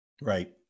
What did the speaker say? Right